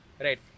Right